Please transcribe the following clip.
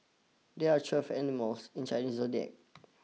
there are twelve animals in Chinese zodiac